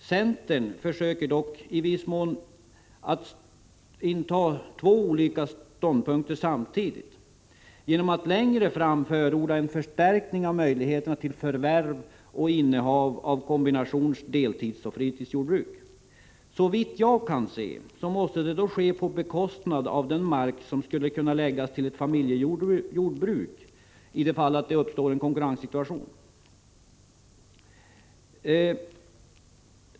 Centern försöker dock i viss mån inta två olika ståndpunkter samtidigt genom att längre fram förorda en förstärkning av möjligheterna till förvärv och innehav av kombinations-, deltidsoch fritidsjordbruk. Såvitt jag kan se måste det då ske på bekostnad av mark som skulle kunna läggas till ett familjejordbruk om det uppstår en konkurrenssituation.